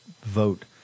vote